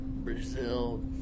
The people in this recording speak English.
Brazil